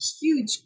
huge